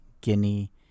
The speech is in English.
guinea